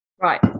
Right